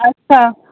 अच्छा